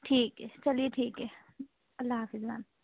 ٹھیک ہے چلیے ٹھیک ہے اللہ حافظ میم